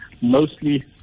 mostly